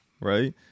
right